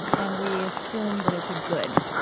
and we assume that it's a good,